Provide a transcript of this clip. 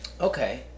okay